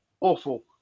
Awful